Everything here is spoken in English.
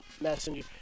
Messenger